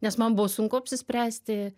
nes man buvo sunku apsispręsti